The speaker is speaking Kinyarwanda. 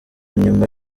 nyuma